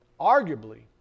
arguably